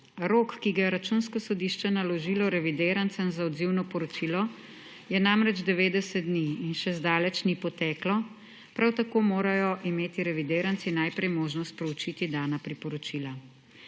Rok, ki ga je Računsko sodišče naložilo revidirancem za odzivno poročilo, je namreč 90 dni in še zdaleč ni potekel. Prav tako morajo imeti revidiranci najprej možnost proučiti dana priporočila.